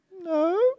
No